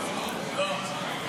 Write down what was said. עד